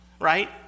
right